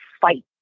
fight